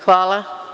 Hvala.